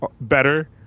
better